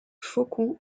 faucon